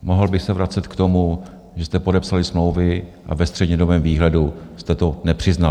Mohl bych se vracet k tomu, že jste podepsali smlouvy a ve střednědobém výhledu jste to nepřiznali.